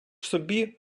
собі